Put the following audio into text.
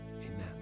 Amen